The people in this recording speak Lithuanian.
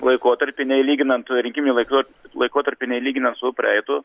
laikotarpį nei lyginant rinkiminį laiko laikotarpį nei lyginant su praeitu